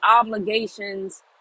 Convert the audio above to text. obligations